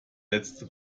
letzte